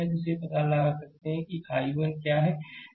तो इससे पता लगा सकते हैं कि I1 क्या है